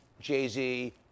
Jay-Z